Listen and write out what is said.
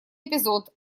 эпизод